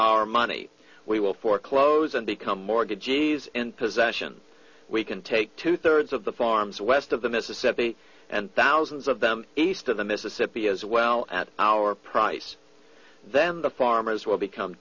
our money we will foreclose and become mortgagees in possession we can take two thirds of the farms west of the mississippi and thousands of them east of the mississippi as well at our price then the farmers will become